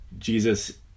Jesus